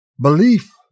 belief